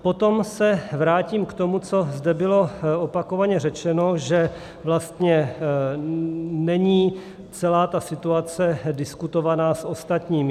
Potom se vrátím k tomu, co zde bylo opakovaně řečeno, že vlastně není celá situace diskutovaná s ostatními.